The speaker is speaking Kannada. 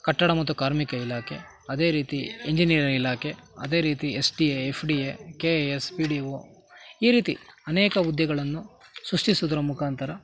ಕಟ್ಟಡ ಮತ್ತು ಕಾರ್ಮಿಕ ಇಲಾಖೆ ಅದೇ ರೀತಿ ಇಂಜಿನಿಯರ್ ಇಲಾಖೆ ಅದೇ ರೀತಿ S T A F D A K A S P D O ಈ ರೀತಿ ಅನೇಕ ಹುದ್ದೆಗಳನ್ನು ಸೃಷ್ಟಿಸುವುದರ ಮುಖಾಂತರ